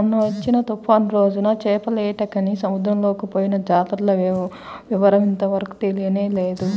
మొన్నొచ్చిన తుఫాను రోజున చేపలేటకని సముద్రంలోకి పొయ్యిన జాలర్ల వివరం ఇంతవరకు తెలియనేలేదు